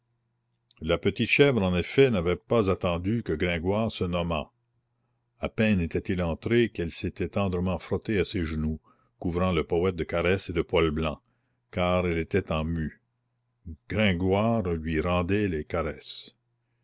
la petite chèvre en effet n'avait pas attendu que gringoire se nommât à peine était-il entré qu'elle s'était tendrement frottée à ses genoux couvrant le poète de caresses et de poils blancs car elle était en mue gringoire lui rendait les caresses